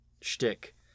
shtick